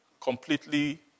completely